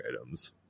items